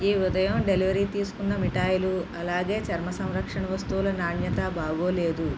ఈ ఉదయం డెలివరీ తీసుకున్న మిఠాయిలు అలాగే చర్మ సంరక్షణ వస్తువుల నాణ్యత బాగోలేదు